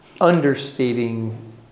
understating